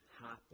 happen